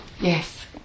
Yes